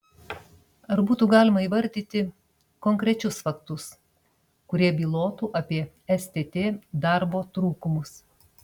ar būtų galima įvardyti konkrečius faktus kurie bylotų apie stt darbo trūkumus